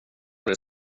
det